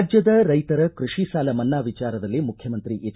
ರಾಜ್ಜದ ರೈತರ ಕೃಷಿ ಸಾಲ ಮನ್ನಾ ವಿಚಾರದಲ್ಲಿ ಮುಖ್ಖಮಂತ್ರಿ ಎಚ್